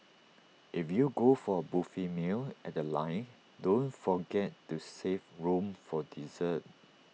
if you go for A buffet meal at The Line don't forget to save room for dessert